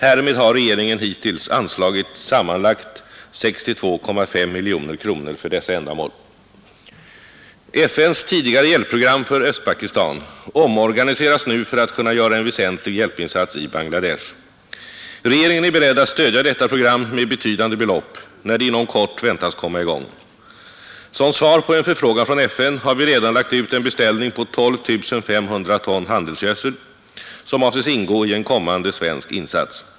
Härmed har regeringen hittills anslagit sammanlagt 62,5 miljoner kronor för dessa ändamål. FNs tidigare hjälpprogram för Östpakistan omorganiseras nu för att kunna göra en väsentlig hjälpinsats i Bangladesh. Regeringen är beredd att stödja detta program med betydande belopp, när det inom kort väntas komma i gång. Som svar på en förfrågan från FN har vi redan lagt ut en beställning på 12 500 ton handelsgödsel, som avses ingå i en kommande svensk insats.